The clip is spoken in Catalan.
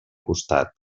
costat